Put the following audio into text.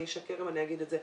אני אשקר אם אני אגיד את זה.